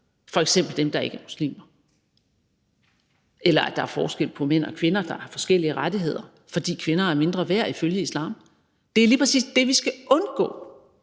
f.eks. dem, der er ikkemuslimer, og hvor mænd og kvinder har forskellige rettigheder, fordi kvinder er mindre værd ifølge islam. Det er lige præcis det, vi skal undgå.